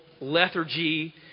lethargy